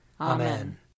Amen